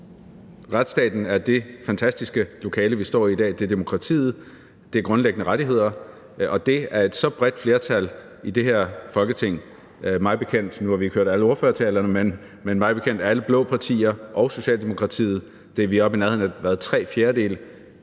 er det fantastiske lokale, vi står i i dag. Det er demokratiet, og det er grundlæggende rettigheder. Og i og med at et så bredt flertal i det her Folketing mig bekendt går ind for det her – nu har vi ikke hørt alle ordførertalerne, men mig bekendt er vi med alle blå partier og Socialdemokratiet oppe i nærheden af tre fjerdedele